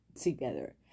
together